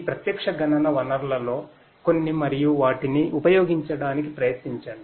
ఈ ప్రత్యక్ష గణన వనరులలో కొన్ని మరియు వాటిని ఉపయోగించడానికి ప్రయత్నించండి